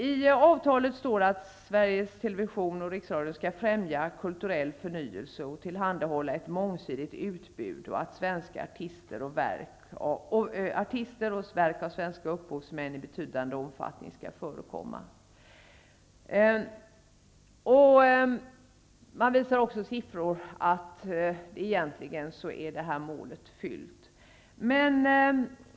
I avtalet står att Sveriges Television och Riksradion skall främja kulturell förnyelse och tillhandahålla ett mångsidigt utbud och att svenska artister och verk av svenska upphovsmän skall förekomma i betydande omfattning. Man visar också siffror på att det målet egentligen är uppfyllt.